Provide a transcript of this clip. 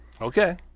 Okay